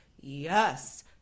yes